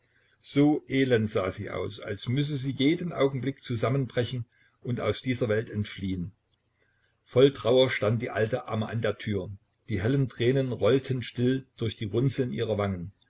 so elend sah sie aus als müsse sie jeden augenblick zusammenbrechen und aus dieser welt entfliehn voll trauer stand die alte amme an der tür die hellen tränen rollten still durch die runzeln ihrer wangen